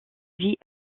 vit